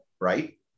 Right